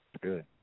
Good